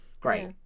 Great